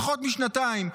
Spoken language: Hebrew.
פחות משנתיים,